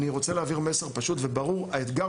אני רוצה להעביר מסר פשוט וברור: האתגר